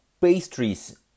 pastries